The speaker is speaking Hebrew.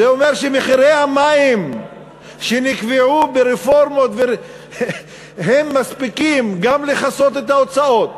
זה אומר שמחירי המים שנקבעו ברפורמות מספיקים גם לכסות את ההוצאות,